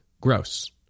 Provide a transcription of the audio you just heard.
gross